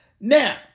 Now